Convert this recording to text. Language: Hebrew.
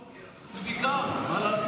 נכון, כי עשינו בדיקה, מה לעשות?